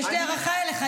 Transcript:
יש לי הערכה אליך,